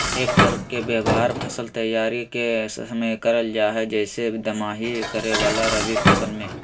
हे फोर्क के व्यवहार फसल तैयारी के समय करल जा हई, जैसे दमाही करे वाला रवि फसल मे